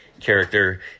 character